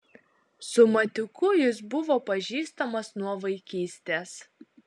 su matiuku jis buvo pažįstamas nuo vaikystės